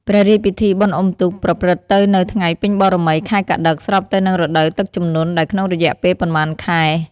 ព្រះរាជពិធីបុណ្យអ៊ំុទូក ប្រព្រឹត្ត ទៅនៅថ្ងៃពេញបូណ៌មី ខែកត្តិក ស្របទៅនឹងរដូវទឹកជំនន់ដែលក្នុងរយៈពេលប៉ុន្មានខែ។